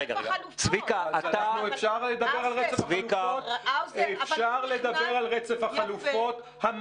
--- אפשר לדבר על רצף החלופות.